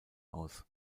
aus